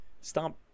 Stop